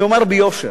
אני אומר ביושר,